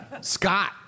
Scott